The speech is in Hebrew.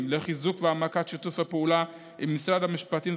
לחיזוק והעמקת שיתוף הפעולה עם משרדי המשפטים,